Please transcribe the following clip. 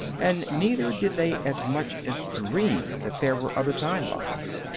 and neither did they as much as dream that there were other time-lines.